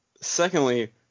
Secondly